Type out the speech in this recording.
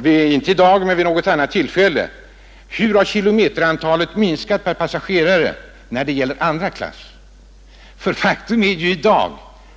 av en sådan jämförelse, inte i dag men vid något annat tillfälle? Hur har kilometerantalet minskat per passagerare när det gäller andra klass? Faktum är